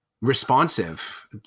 responsive